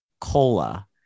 cola